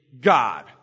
God